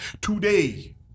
today